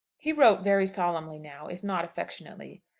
he wrote very solemnly now, if not affectionately.